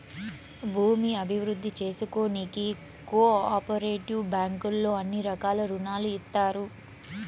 భూమి అభివృద్ధి చేసుకోనీకి కో ఆపరేటివ్ బ్యాంకుల్లో అన్ని రకాల రుణాలు ఇత్తారు